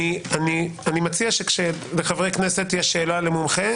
אני מציע שכאשר לחברי כנסת יש שאלה למומחה,